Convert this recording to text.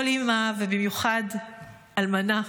כל אימא, ובמיוחד אלמנה,